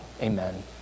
Amen